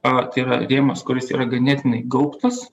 a tai yra rėmas kuris yra ganėtinai gaubtas